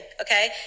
okay